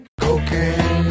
Cocaine